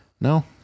No